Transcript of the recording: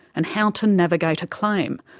and how to navigate a claim,